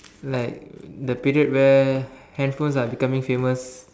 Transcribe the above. like the period where handphones are becoming famous